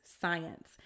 science